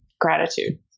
Gratitude